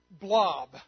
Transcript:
blob